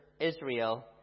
Israel